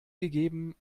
gegeben